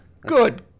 Good